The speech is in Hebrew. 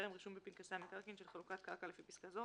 בטרם רישום בפנקסי המקרקעין של חלוקת קרקע לפי פסקה זו,